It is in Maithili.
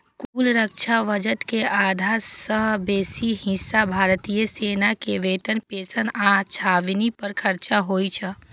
कुल रक्षा बजट के आधा सं बेसी हिस्सा भारतीय सेना के वेतन, पेंशन आ छावनी पर खर्च होइ छै